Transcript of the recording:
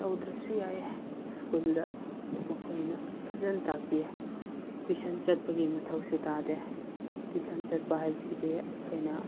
ꯇꯧꯗ꯭ꯔꯁꯨ ꯌꯥꯏꯌꯦ ꯁ꯭ꯀꯨꯜꯗ ꯃꯈꯣꯏꯅ ꯐꯖꯅ ꯇꯥꯛꯄꯤꯌꯦ ꯇ꯭ꯌꯨꯁꯟ ꯆꯠꯄꯒꯤ ꯃꯊꯧꯁꯨ ꯇꯥꯗꯦ ꯇ꯭ꯌꯨꯁꯟ ꯆꯠꯄ ꯍꯥꯏꯕꯁꯤꯗꯤ ꯑꯩꯈꯣꯏꯅ